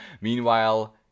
Meanwhile